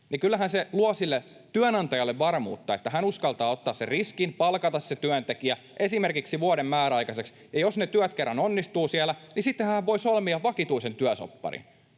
Kyllähän se luo sille työnantajalle varmuutta, että hän uskaltaa ottaa sen riskin palkata se työntekijä esimerkiksi vuoden määräaikaiseksi, ja jos ne työt kerran onnistuvat siellä, niin sittenhän hän voi solmia vakituisen työsopparin.